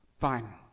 fine